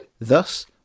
Thus